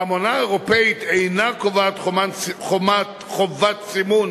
והאמנה האירופית אינה קובעת חובת סימון